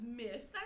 myth